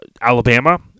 Alabama